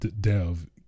dev